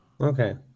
Okay